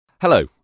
Hello